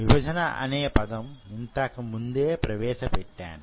విభజన అనే పదం ఇంతకు ముందే ప్రవేశ పెట్టాను